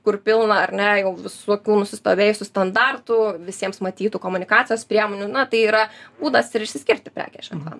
kur pilna ar ne jau visokių nusistovėjusių standartų visiems matytų komunikacijos priemonių na tai yra būdas ir išsiskirti prekės ženklams